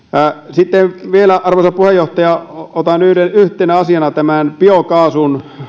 sitten vielä arvoisa puheenjohtaja otan yhtenä asiana tämän biokaasun